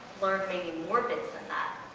learning more bits than that